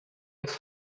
his